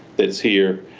is here